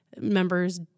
members